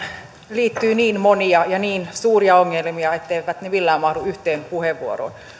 liittyy niin monia ja niin suuria ongelmia etteivät ne millään mahdu yhteen puheenvuoroon